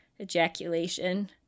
ejaculation